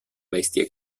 bestia